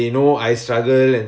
oh that's good